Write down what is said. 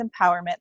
empowerment